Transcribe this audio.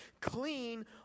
clean